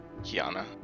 Kiana